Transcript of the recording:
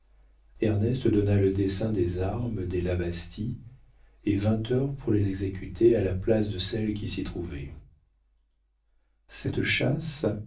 ernest donna le dessin des armes des la bastie et vingt heures pour les exécuter à la place de celles qui s'y trouvaient cette chasse